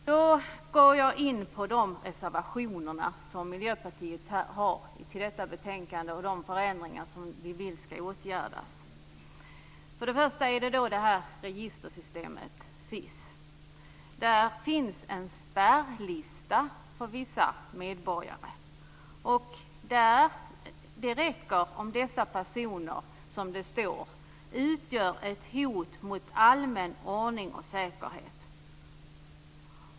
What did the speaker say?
Jag går nu in på de reservationer som Miljöpartiet har till detta betänkande och de förändringar vi vill ska åtgärdas. Först har vi registersystemet, SIS. Det finns en spärrlista för vissa medborgare. Det räcker om dessa personer, som det står, "utgör ett hot mot allmän ordning och säkerhet".